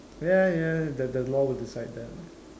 ya ya the the law will decide that